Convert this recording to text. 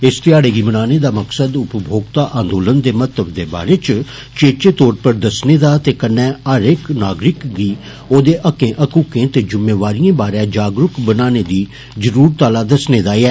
इस ध्याड़े गी मनाने दा मकसद उपभोक्ता आन्दोलन दे महत्वै दे बारै च चेचे तौरे पर दस्सने दा ते कन्नै हर इक नागरिक गी ओदे हक्कें हकूकें ते जुम्मेवारिएं बारै जागरुक बनाने दी जरुरतै अल्ला दस्सने दा ऐ